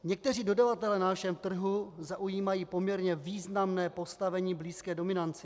Někteří dodavatelé na našem trhu zaujímají poměrně významné postavení blízké dominanci.